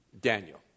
Daniel